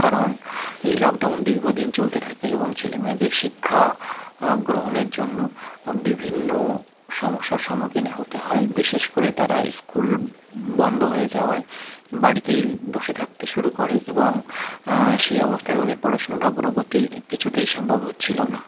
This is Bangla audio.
কারণ এই লকডাউন দীর্ঘ দিন চলতে থাকে এবং ছেলে মেয়েদের শিক্ষা গ্রহণের জন্য বিভিন্ন সমস্যার সম্মুখীন হতে হয় বিশেষ করে তারা স্কুল বন্ধ হয়ে যাওয়ায় বাড়িতেই বসে থাকতে শুরু করে এবং সেই অবস্থায় তাদের পড়াশুনার অগ্রগতি কিছুতেই সম্ভব হচ্ছিলো না